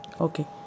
Okay